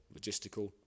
logistical